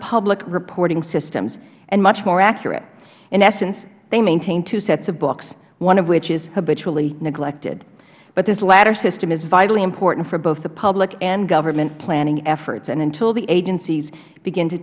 public reporting systems and much more accurate in essence they maintain two sets of books one of which is habitually neglected but this latter system is vitally important for both the public and government planning efforts and until the agencies begin to